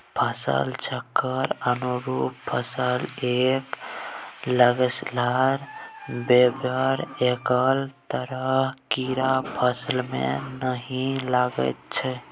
फसल चक्रक अनुरूप फसल कए लगेलासँ बेरबेर एक्के तरहक कीड़ा फसलमे नहि लागैत छै